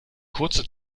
kurze